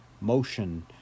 motion